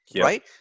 right